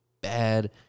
bad